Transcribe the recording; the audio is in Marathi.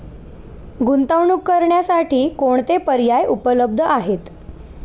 गुंतवणूक करण्यासाठी कोणते पर्याय उपलब्ध आहेत?